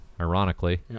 ironically